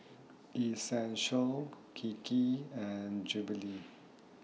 Essential Kiki and Jollibee